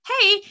hey